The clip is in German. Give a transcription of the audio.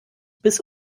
bis